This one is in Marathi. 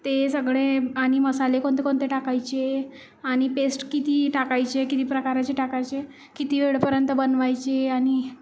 ते सगळे आणि मसाले कोणते कोणते टाकायचे आणि पेस्ट किती टाकायचे किती प्रकाराचे टाकायचे किती वेळापर्यंत बनवायची आणि